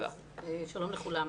שלום לכולם.